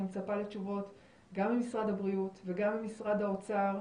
אני מצפה לתשובות גם ממשרד הבריאות וגם ממשרד האוצר,